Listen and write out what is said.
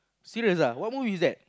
seriously ah what movie is that